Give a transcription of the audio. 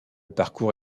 parcours